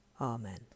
Amen